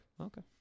okay